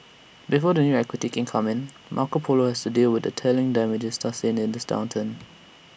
before the new equity can come in Marco Polo has to deal with the telling damages sustained in this downturn